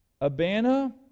Abana